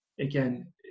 again